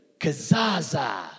Kazaza